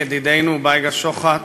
ידידנו בייגה שוחט,